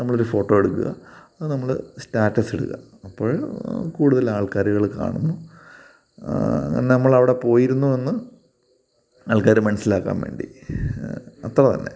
നമ്മളൊരു ഫോട്ടോ എടുക്കുക അത് നമ്മൾ സ്റ്റാറ്റസിട്ക അപ്പോൾ കൂടുതൽ ആൾക്കാരുകൾ കാണുന്നു ഇന്ന നമ്മളവിടെ പോയിരുന്നു എന്ന് ആൾക്കാർ മനസിലാക്കൻ വേണ്ടി അത്രതന്നെ